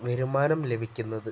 വരുമാനം ലഭിക്കുന്നത്